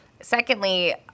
Secondly